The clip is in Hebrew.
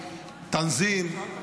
תנזים,